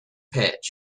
pitch